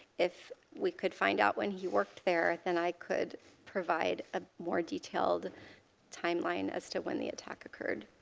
if we could find out when he worked there, then i could provide ah more detailed timeline as to when the attack occurred.